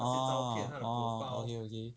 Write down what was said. orh orh okay okay